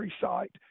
site